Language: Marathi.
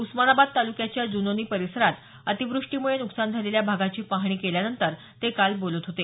उस्मानाबाद तालुक्याच्या जुनोनी परिसरात अतिव्रष्टीमुळे नुकसान झालेल्या भागाची पाहणी केल्यानंतर ते काल बोलत होते